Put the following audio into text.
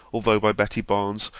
although by betty barnes,